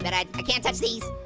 bet i i can't touch these.